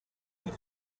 nei